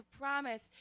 promise